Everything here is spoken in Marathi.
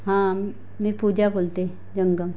हां मी पूजा बोलते जंगम